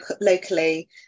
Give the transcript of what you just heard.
locally